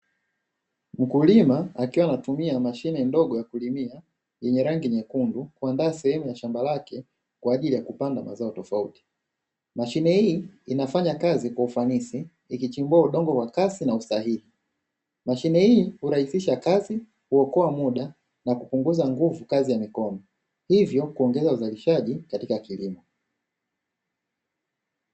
Mkulima akiwa anatumia mashine ndogo ya kulimia yenye rangi nyekundu, kuandaa sehemu ya shamba lake kwa ajili ya kupanda mazao tofauti. Mashine hii inafanya kazi kwa ufanisi ikichimbua udongo wa kasi na usahihi. Mashine hii kurahisisha kazi kuokoa muda na kupunguza nguvu kazi ya mikono, hivyo kuongeza uzalishaji katika kilimo.